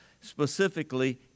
specifically